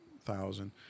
thousand